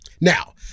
Now